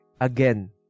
Again